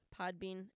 Podbean